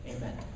Amen